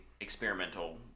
experimental